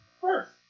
first